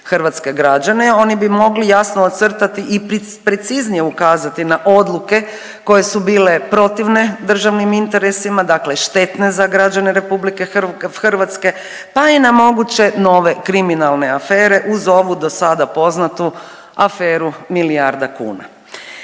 hrvatske građane. Oni bi mogli jasno ocrtati i preciznije ukazati na odluke koje su bile protivne državnim interesima dakle, štetne za građane Republike Hrvatske, pa i na moguće nove kriminalne afere uz ovu do sada poznatu aferu milijarda kuna.